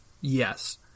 Yes